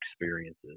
experiences